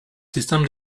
système